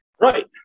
Right